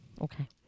Okay